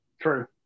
True